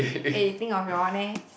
eh you think of your one leh